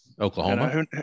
Oklahoma